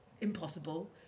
impossible